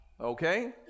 Okay